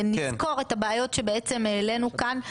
נסקור את הבעיות שבעצם העלנו כאן,